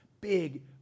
big